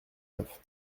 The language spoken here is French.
neuf